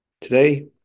today